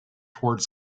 towards